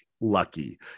lucky